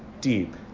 deep